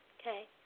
okay